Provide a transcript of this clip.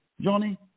Johnny